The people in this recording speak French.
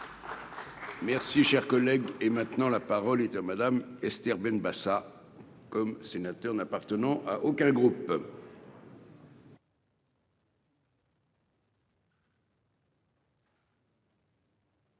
Merci, cher collègue et maintenant là. Parole est à Madame, Esther Benbassa comme sénateur n'appartenant à aucun groupe.